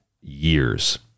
years